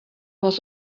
was